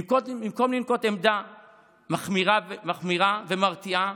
במקום לנקוט עמדה מחמירה ומרתיעה,